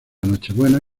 nochebuena